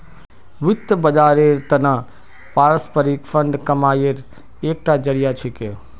वित्त बाजारेर त न पारस्परिक फंड कमाईर एकता जरिया छिके